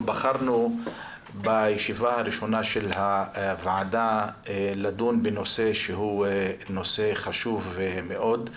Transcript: בחרנו בישיבה הראשונה של הוועדה לדון בנושא שהוא נושא חשוב מאוד,